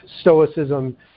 stoicism